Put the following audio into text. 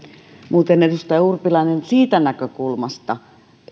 muuten edustaja urpilainen siitä näkökulmasta